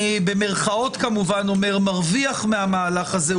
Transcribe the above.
במירכאות כמובן, מרוויח מהמהלך הזה.